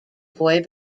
boy